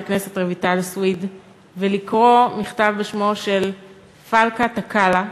הכנסת רויטל סויד ולקרוא מכתב בשמו של פלקה טאקלה,